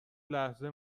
لحظه